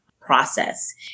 process